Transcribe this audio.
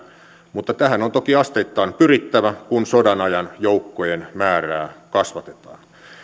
mutta tähän on toki asteittain pyrittävä kun sodanajan joukkojen määrää kasvatetaan